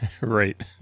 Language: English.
Right